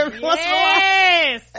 Yes